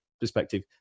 perspective